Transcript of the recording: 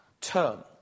term